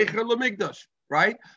right